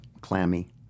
clammy